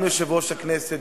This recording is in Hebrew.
זה הזמן,